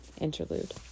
Interlude